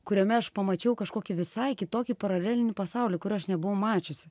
kuriame aš pamačiau kažkokį visai kitokį paralelinį pasaulį kur aš nebuvau mačiusi